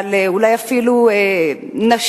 אבל אולי אפילו נשית,